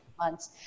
months